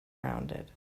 rounded